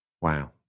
Wow